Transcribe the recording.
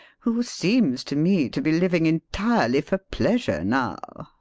who seems to me to be living entirely for pleasure now.